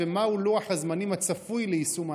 4. מהו לוח הזמנים הצפוי ליישום ההחלטה?